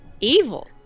Evil